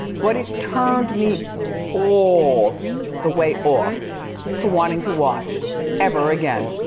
but it turned me all the way off to wanting to watch ever again.